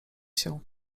się